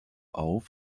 auf